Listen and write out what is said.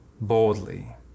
boldly